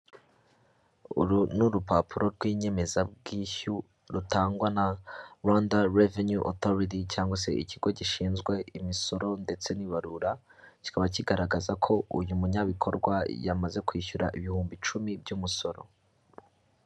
Uru ni urupapuro rw'inyemezabwishyu rutangwa na Rwanda Revenue Authority cyangwa se ikigo gishinzwe imisoro ndetse n'ibarura, kikaba kigaragaza ko uyu munyabikorwa yamaze kwishyura ibihumbi icumi by'umusoro.